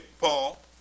Paul